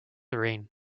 reign